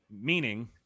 meaning